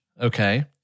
okay